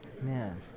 Man